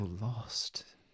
lost